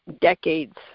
decades